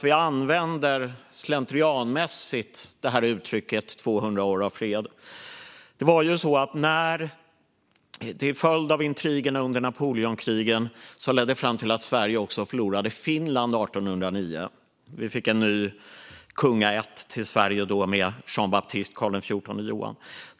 Vi använder ju slentrianmässigt uttrycket 200 år av fred. Intrigerna under Napoleonkrigen ledde bland annat fram till att Sverige förlorade Finland 1809. Vi fick också en ny kungaätt till Sverige med Jean Baptiste Bernadotte, Karl XIV Johan.